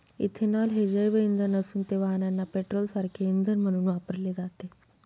ethanol हे जैवइंधन असून ते वाहनांना पेट्रोलसारखे इंधन म्हणून वापरले जाते